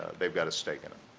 they've got a stake in it.